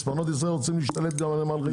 מספנות ישראל רוצים להשתלט גם על נמל חיפה.